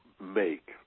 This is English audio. make